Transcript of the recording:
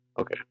Okay